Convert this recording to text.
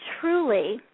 truly